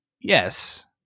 yes